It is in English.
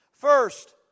First